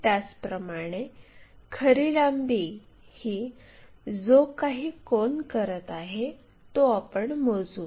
त्याचप्रमाणे खरी लांबी ही जो काही कोन करत आहे तो आपण मोजू